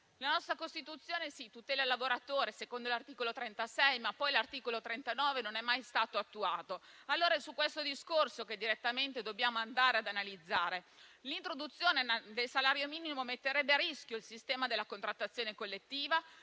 nostra Costituzione si tutela il lavoratore, secondo l'articolo 36, ma poi l'articolo 39 non è mai stato attuato. Allora è questo discorso che dobbiamo andare ad analizzare. L'introduzione del salario minimo metterebbe a rischio il sistema della contrattazione collettiva